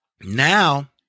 Now